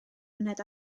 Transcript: myned